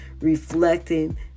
reflecting